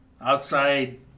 outside